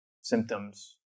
symptoms